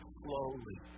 slowly